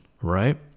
right